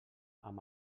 amb